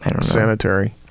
Sanitary